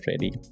ready